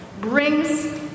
brings